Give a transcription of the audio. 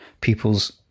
people's